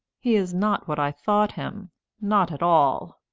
he's not what i thought him not at all!